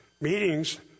meetings